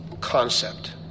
concept